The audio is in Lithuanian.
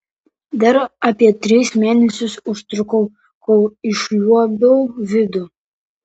dar apie tris mėnesius užtrukau kol išliuobiau vidų